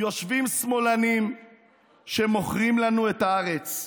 יושבים שמאלנים שמוכרים לנו את הארץ.